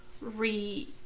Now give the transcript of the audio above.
re-